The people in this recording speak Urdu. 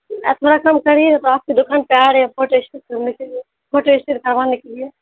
آپ تھورا کم کریے نا تو آپ کے دکان پہ آ رہے ہیں فوٹو اسٹیٹ کرنے کے لیے فوٹو اسٹیٹ کرانے کے لیے